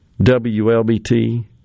WLBT